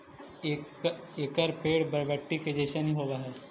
एकर पेड़ बरबटी के जईसन हीं होब हई